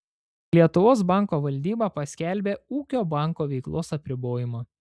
lietuvos banko valdyba paskelbė ūkio banko veiklos apribojimą